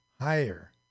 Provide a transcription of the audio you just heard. higher